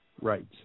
right